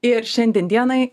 ir šiandien dienai